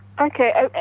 Okay